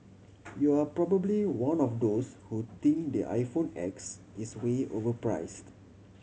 you're probably one of those who think the iPhone X is way overpriced